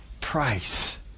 price